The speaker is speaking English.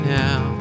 now